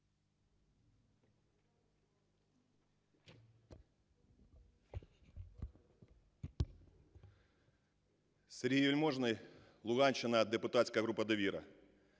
Сергій Вельможний, Луганщина, депутатська група "Довіра".